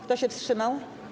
Kto się wstrzymał?